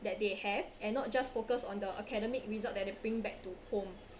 that they have and not just focus on the academic result that they bring back to home